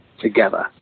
together